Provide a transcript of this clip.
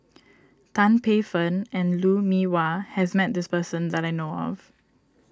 Tan Paey Fern and Lou Mee Wah has met this person that I know of